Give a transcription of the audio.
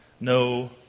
No